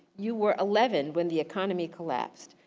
you were eleven when the economy collapsed.